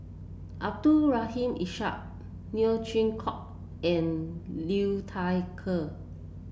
Abdul Rahim Ishak Neo Chwee Kok and Liu Thai Ker